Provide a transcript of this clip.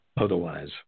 Otherwise